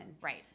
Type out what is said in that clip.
Right